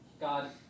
God